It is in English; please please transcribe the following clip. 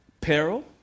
peril